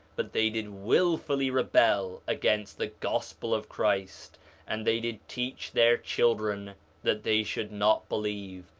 but they did wilfully rebel against the gospel of christ and they did teach their children that they should not believe,